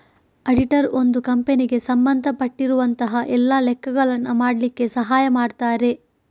auditor ಒಂದು ಕಂಪನಿಗೆ ಸಂಬಂಧ ಪಟ್ಟಿರುವಂತಹ ಎಲ್ಲ ಲೆಕ್ಕಗಳನ್ನ ಮಾಡ್ಲಿಕ್ಕೆ ಸಹಾಯ ಮಾಡ್ತಾರೆ